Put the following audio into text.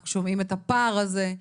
אנחנו שומעים את הפער הזה,